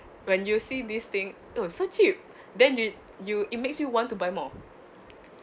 when you see this thing !ow! so cheap then did you it makes you want to buy more